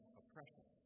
oppression